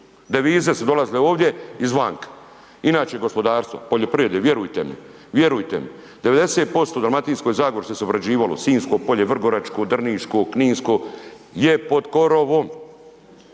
devize su dolazile ovdje iz vanka. Inače gospodarstvo, poljoprivrede, vjerujte mi, vjerujte mi 90% u Dalmatinskoj zagori što se obrađivalo Sinjsko polje, Vrgoračko, Drniško, Kninsko je pod korovom,